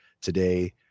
today